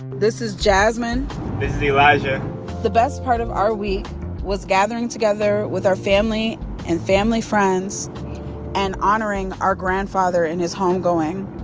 this is jasmine this is elijah the best part of our week was gathering together with our family and family friends and honoring our grandfather and his home going.